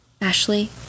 Ashley